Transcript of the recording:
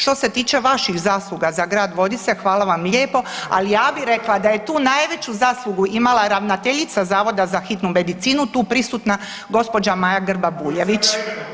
Što se tiče vaših zasluga za Grad Vodice, hvala vam lijepo, ali ja bih rekla da je tu najveću zaslugu imala ravnateljica Zavoda za hitnu medicinu tu prisutna gospođa Maja Grba Bujević.